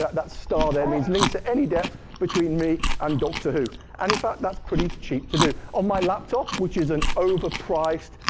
that star there means links at any depth between me and doctor who. and in fact, that's pretty cheap to do. on my laptop, which is an overpriced,